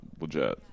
legit